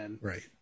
Right